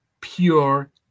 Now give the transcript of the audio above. Pure